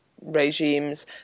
regimes